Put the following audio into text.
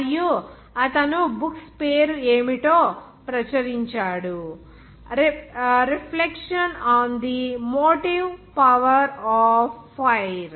మరియు అతను బుక్స్ పేరు ఏమిటో ప్రచురించాడు reflections on the motive power of fire